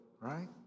right